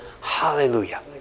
hallelujah